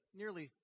nearly